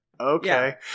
okay